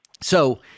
So-